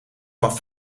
van